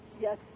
Yes